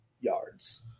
yards